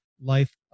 life